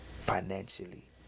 financially